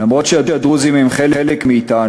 אף-על-פי שהדרוזים הם חלק מאתנו,